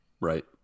Right